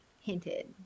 hinted